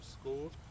school